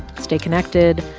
stay connected,